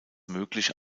möglich